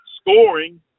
scoring